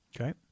Okay